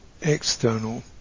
external